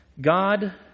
God